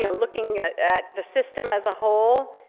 you know looking at at the system as a whole,